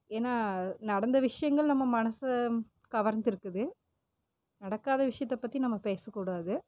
ஏன்னால் நடந்த விஷயங்கள் நம்ம மனசை கவர்ந்துருக்குது நடக்காத விஷயத்த பற்றி நம்ம பேசக்கூடாது